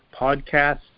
podcasts